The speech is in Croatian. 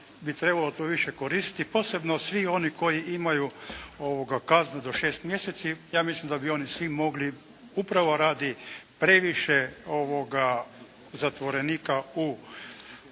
bi trebalo to više koristiti. Posebno svi oni koji imaju kazne do šest mjeseci, ja mislim da bi oni svi mogli upravo radi previše zatvorenika u